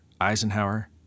Eisenhower